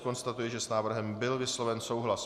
Konstatuji, že s návrhem byl vysloven souhlas.